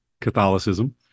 Catholicism